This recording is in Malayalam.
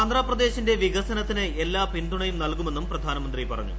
ആന്ധ്രാപ്രദേശിന്റെ വികസനത്തിന് എല്ലാ പിന്തുണയും നൽകുമെന്നും പ്രധാനമന്ത്രി പറഞ്ഞു